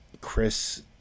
Chris